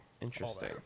Interesting